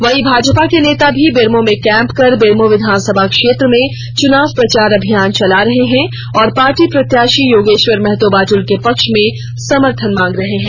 वहीं भाजपा के नेता भी बेरमो में कैंप कर बेरमो विधानसभा क्षेत्र में चुनाव प्रचार अभियान चला रहे हैं और पार्टी प्रत्याशी योगेश्वर महतो बाटुल के पक्ष के समर्थन मांग रहे हैं